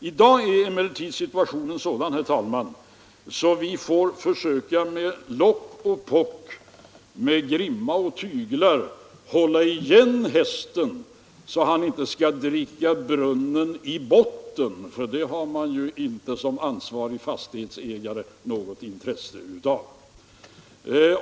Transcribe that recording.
I dag är emellertid situationen sådan, herr talman, att vi med lock och pock får försöka, med grimma och tyglar, att hålla igen hästen så att han inte dricker brunnen i botten. Det har ju en ansvarig fastighetsägare inte något intresse av.